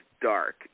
dark